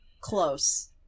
close